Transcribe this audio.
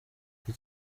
iki